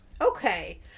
Okay